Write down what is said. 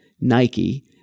nike